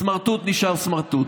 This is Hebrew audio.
סמרטוט נשאר סמרטוט.